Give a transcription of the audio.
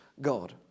God